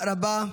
תודה רבה.